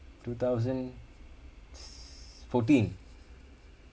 two thousand fourteen